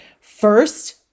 First